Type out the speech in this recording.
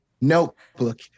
Notebook